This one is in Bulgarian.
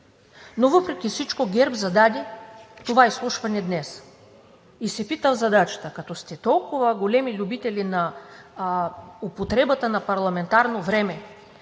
Но въпреки всичко ГЕРБ зададе това изслушване днес. И се питам в задачата, като сте толкова големи любители на употребата на парламентарно време